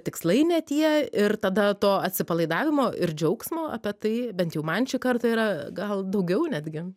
tikslai ne tie ir tada to atsipalaidavimo ir džiaugsmo apie tai bent jau man šį kartą yra gal daugiau netgi